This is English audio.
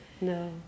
No